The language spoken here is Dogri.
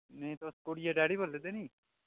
तुस कुड़िऐ दे डैडी बोल्ले दे नीं